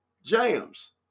jams